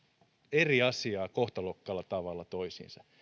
eri asiaa kohtalokkaalla tavalla toisiinsa